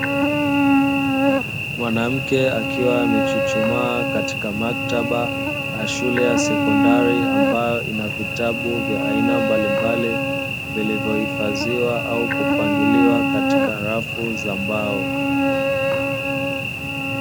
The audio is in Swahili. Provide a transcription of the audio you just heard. Mwanamke akiwa amechuchumaa katika maktaba ya shule ya sekondari ambayo ina vitabu vya aina mbalimbali vilivyohifadhiwa au kupangiliwa katika rafu za mbao.